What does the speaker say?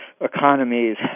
economies